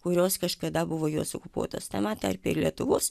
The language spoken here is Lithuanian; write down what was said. kurios kažkada buvo jos okupuotos tame tarpe ir lietuvos